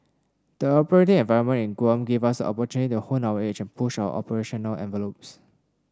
the operating environment in Guam gave us the opportunity to hone our edge and push our operational envelopes